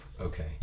Okay